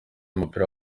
y’umupira